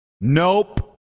Nope